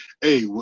Hey